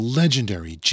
legendary